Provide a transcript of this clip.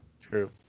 True